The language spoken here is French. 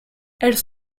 elles